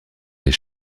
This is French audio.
des